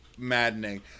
Maddening